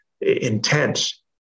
intense